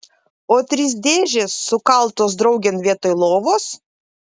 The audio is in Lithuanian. o trys dėžės sukaltos draugėn vietoj lovos